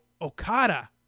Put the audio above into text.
Okada